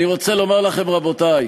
אני רוצה לומר לכם, רבותי: